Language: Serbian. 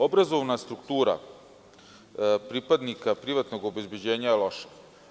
Obrazovna struktura pripadnika privatnog obezbeđenja je loša.